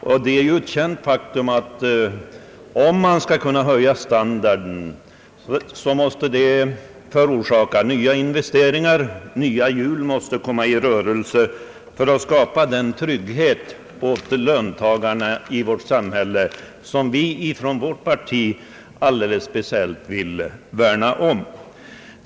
Det är ju ett känt faktum att strävandena att höja standarden måste baseras på nya investeringar. Nya hjul måste komma i rörelse för att skapa den trygghet åt löntagarna i vårt samhälle, vilka vi inom vårt parti alldeles speciellt vill värna om.